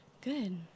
good